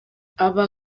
aba